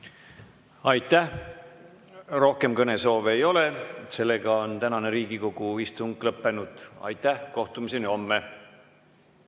Aitäh! Rohkem kõnesoove ei ole. Sellega on tänane Riigikogu istung lõppenud. Aitäh! Kohtumiseni homme!